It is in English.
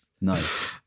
Nice